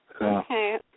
Okay